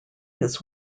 his